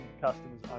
customers